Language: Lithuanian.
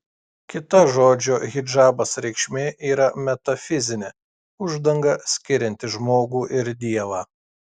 kita žodžio hidžabas reikšmė yra metafizinė uždanga skirianti žmogų ir dievą